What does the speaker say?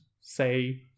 say